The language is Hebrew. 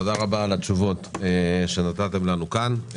תודה רבה על התשובות שנתתם לנו כאן.